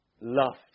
loved